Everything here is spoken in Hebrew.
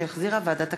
שהחזירה ועדת הכספים.